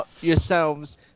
yourselves